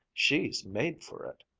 she's made for it.